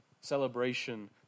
celebration